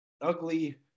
ugly